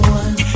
one